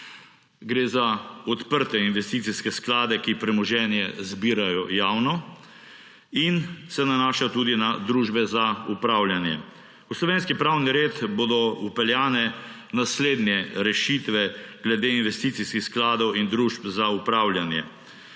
Gre za odprte investicijske sklade, ki premoženje zbirajo javno, in se nanaša tudi na družbe za upravljanje. V slovenski pravni red bodo vpeljane naslednje rešitve glede investicijskih skladov in družb za upravljanje.